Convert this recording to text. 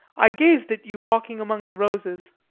i gazed at you walking among the roses.